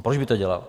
Proč by to dělal?